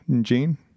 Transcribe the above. Gene